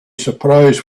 surprised